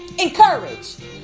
Encourage